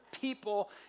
people